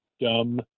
dumb